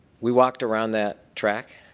we walked around that track.